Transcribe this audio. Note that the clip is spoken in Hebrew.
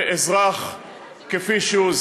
ואזרח כפי שהוא,